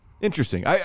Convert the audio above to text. Interesting